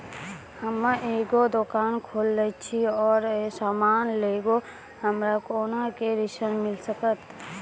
हम्मे एगो दुकान खोलने छी और समान लगैबै हमरा कोना के ऋण मिल सकत?